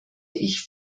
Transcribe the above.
ich